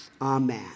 Amen